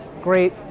great